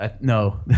No